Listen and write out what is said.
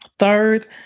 Third